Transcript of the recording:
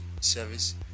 service